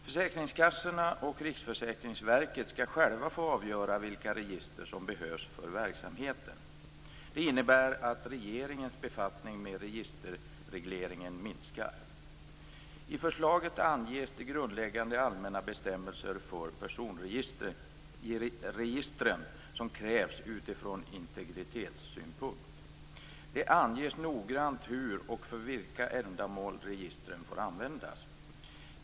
Försäkringskassorna och Riksförsäkringsverket skall själva få avgöra vilka register som behövs för verksamheten. Det innebär att regeringens befattning med registerregleringen minskar. I förslaget anges de grundläggande allmänna bestämmelser för personregistren som krävs utifrån integritetssynpunkt. Det anges noggrant hur och för vilka ändamål registren får användas.